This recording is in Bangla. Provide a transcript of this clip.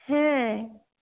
হ্যাঁ